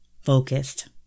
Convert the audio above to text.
focused